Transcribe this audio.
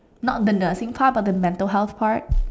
not the nursing part but the mental health part